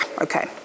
okay